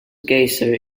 geyser